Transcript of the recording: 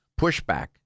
pushback